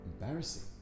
embarrassing